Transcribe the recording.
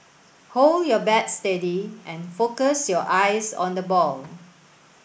hold your bat steady and focus your eyes on the ball